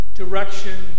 direction